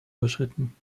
überschritten